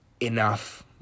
enough